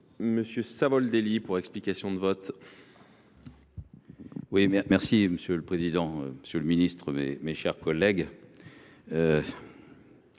Pascal Savoldelli, pour explication de vote. Monsieur le président, monsieur le ministre, mes chers collègues,